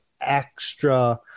extra